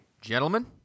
Gentlemen